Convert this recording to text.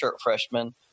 freshman